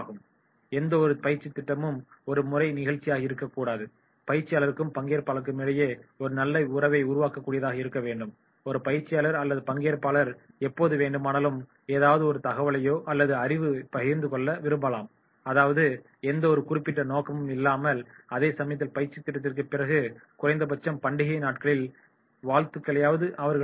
எந்தவொரு பயிற்சித் திட்டமும் ஒரு முறை நிகழ்ச்சியாக இருக்கக்கூடாது பயிற்சியாளருக்கும் பங்கேற்பாளர்களுக்கிடையே ஒரு நல்ல உறவை உருவாக்கக்கூடியதாக இருக்க வேண்டும் ஒரு பயிற்சியாளர் அல்லது பங்கேற்பாளர் எப்போது வேண்டுமானாலும் எதாவது ஒரு தகவலையோ அல்லது அறிவுப் பகிர்ந்து கொள்ள விரும்பலாம் அதாவது எந்தவொரு குறிப்பிட்ட நோக்கமும் இல்லாமல் அதே சமயத்தில் பயிற்சித் திட்டத்திற்குப் பிறகு குறைந்தபட்சம் பண்டிகை நாட்களில் வாழ்த்துக்களையாவது அவர்கள் பகிர்ந்து கொள்ளலாம்